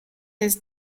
his